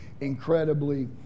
incredibly